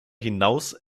hinaus